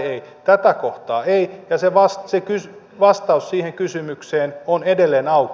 tätä kohtaa ei ja vastaus siihen kysymykseen on edelleen auki